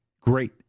great